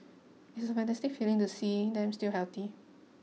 it's a fantastic feeling to see them still healthy